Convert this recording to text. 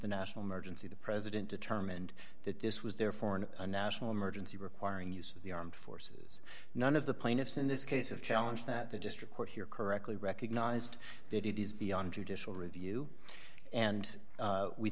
the national emergency the president determined that this was therefore in a national emergency requiring use of the armed forces none of the plaintiffs in this case of challenge that the district court here correctly recognized that it is beyond judicial review and